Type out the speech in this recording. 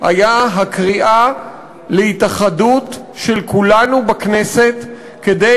היה הקריאה להתאחדות של כולנו בכנסת כדי